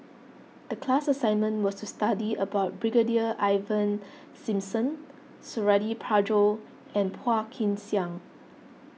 the class assignment was to study about Brigadier Ivan Simson Suradi Parjo and Phua Kin Siang